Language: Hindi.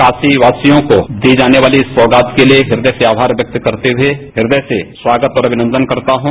काशीवासियों को दी जाने वाली सौगात के लिए हृदय से आभार व्यक्त करते हुए हृदय से स्वागत और अभिनंदन करता हूं